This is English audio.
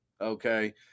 okay